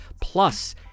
plus